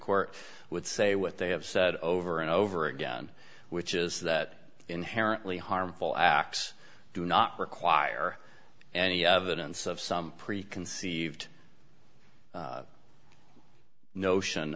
court would say what they have said over and over again which is that inherently harmful acts do not require and he didn't have some preconceived notion